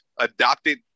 Adopted